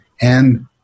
And-